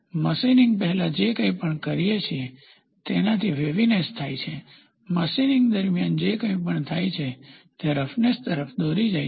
machining પહેલાં જે કંઇ પણ કરીએ છીએ તેનાથી વેવીનેસ થાય છે મશીનિંગ દરમિયાન જે કંઇ પણ થાય છે તે રફનેસ તરફ દોરી જાય છે